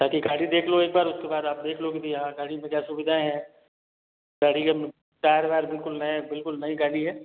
आके गाड़ी देख लो एक बार उसके बाद आप देख लो की भई हाँ गाड़ी में क्या सुविधाएँ है गाड़ी के टायर वायर बिलकुल नए है बिलकुल नई गाड़ी है